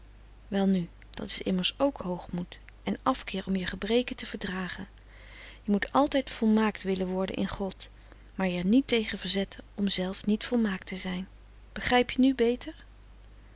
welnu dat is immers ook hoogmoed en afkeer om je gebreken te verdragen je moet altijd volmaakt willen worden in god maar je er niet tegen verzetten om zelf niet volmaakt te zijn begrijp je nu beter